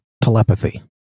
telepathy